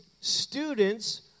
students